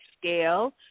scale